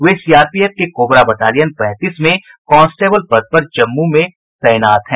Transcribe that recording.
वे CRPF के cobra battalion पैंतीस में कांस्टेबल पद पर जम्मू में तैनात हैं